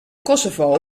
kosovo